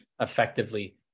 effectively